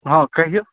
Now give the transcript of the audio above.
हँ कहियौ